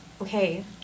okay